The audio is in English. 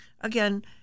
again